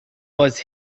was